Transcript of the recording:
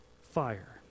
fire